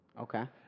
Okay